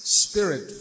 spirit